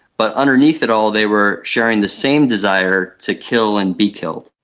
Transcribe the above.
but underneath it all they were sharing the same desire to kill and be killed.